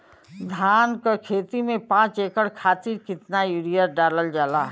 धान क खेती में पांच एकड़ खातिर कितना यूरिया डालल जाला?